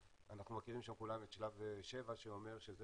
אנחנו מכירים שם כולם את שלב 7 שאומר שזה